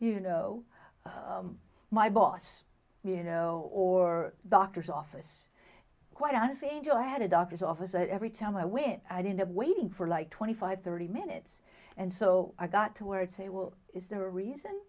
you know my boss you know or doctor's office quite honestly a j i had a doctor's office and every time i went i didn't have waiting for like twenty five thirty minutes and so i got two words a will is there a reason